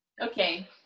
Okay